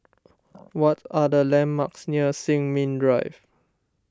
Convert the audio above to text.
what are the landmarks near Sin Ming Drive